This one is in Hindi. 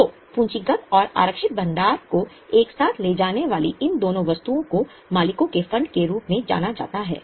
तो पूंजीगत और आरक्षित भंडार को एक साथ ले जाने वाली इन दोनों वस्तुओं को मालिकों के फंड के रूप में जाना जाता है